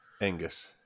Angus